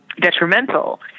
detrimental